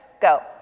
go